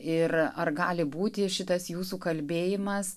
ir ar gali būti šitas jūsų kalbėjimas